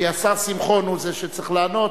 כי השר שמחון הוא זה שצריך לענות.